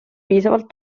piisavalt